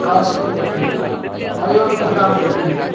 काशीं प्रति अयोध्यां प्रति